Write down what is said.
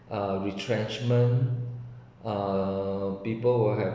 uh retrenchment uh people will have